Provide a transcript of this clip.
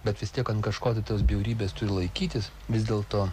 bet vis tiek ant kažkotai tos bjaurybės turi laikytis vis dėl to